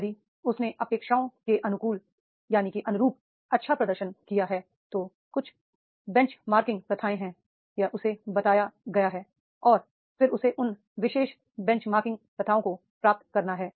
यदि उसने अपेक्षाओं के अनुरूप अच्छा प्रदर्शन किया है तो कुछ बेंचमार्किंग प्रथाएं हैं यह उसे बताया गया है और फिर उसे उन विशेष बेंचमार्किंग प्रथाओं को प्राप्त करना है